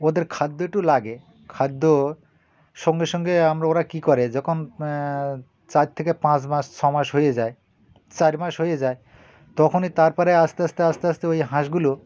ওদের খাদ্য একটু লাগে খাদ্য সঙ্গে সঙ্গে আমরা ওরা কী করে যখন চার থেকে পাঁচ মাস ছ মাস হয়ে যায় চার মাস হয়ে যায় তখনই তারপরে আস্তে আস্তে আস্তে আস্তে ওই হাঁসগুলো